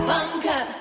Bunker